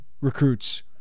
recruits